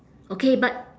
okay but